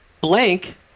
Blank